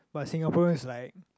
but Singaporeans like